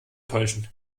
täuschen